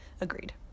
Agreed